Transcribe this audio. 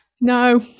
No